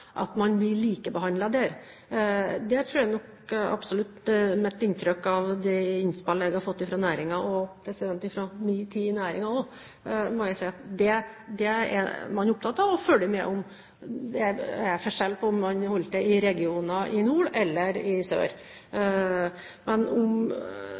at man blir likebehandlet der. Det er absolutt mitt inntrykk av de innspill jeg har fått fra næringen. Fra min tid i næringen også må jeg si at man er opptatt av å følge med på om det er forskjell på om man holder til i regioner i nord eller i sør.